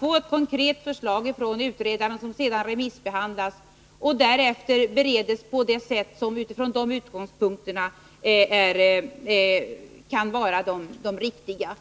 få ett konkret förslag från utredaren som sedan remissbehandlas och att frågan därefter bereds på det sätt som med beaktande av remissbehandlingen kan vara det riktiga.